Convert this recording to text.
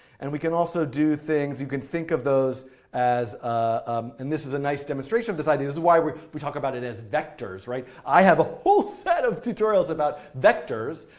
and we can also do things, you can think of those as, ah and this is a nice demonstration of this idea. this is why we we talk about it as vectors, right? i have a whole set of tutorials about vectors,